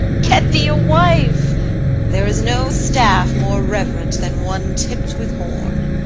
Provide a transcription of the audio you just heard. get thee a wife there is no staff more reverent than one tipped with horn.